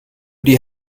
die